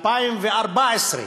2014,